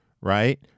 right